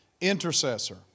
intercessor